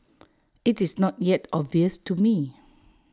IT is not yet obvious to me